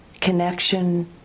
connection